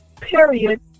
Period